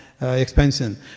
expansion